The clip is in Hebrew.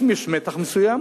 לפעמים יש מתח מסוים,